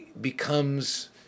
becomes